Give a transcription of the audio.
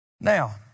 Now